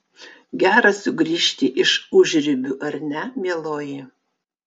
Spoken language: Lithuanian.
gera sugrįžti iš užribių ar ne mieloji